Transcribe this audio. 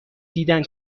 دیدن